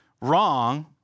wrong